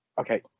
Okay